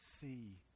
see